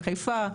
בחיפה,